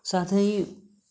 साथै